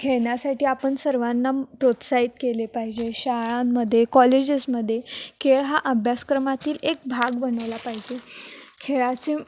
खेळण्यासाठी आपण सर्वांना प्रोत्साहित केले पाहिजे शाळांमध्ये कॉलेजेसमध्ये खेळ हा अभ्यासक्रमातील एक भाग बनायला पाहिजे खेळाचे